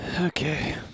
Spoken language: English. okay